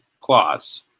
clause